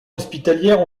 hospitalières